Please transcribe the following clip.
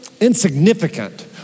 insignificant